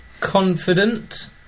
Confident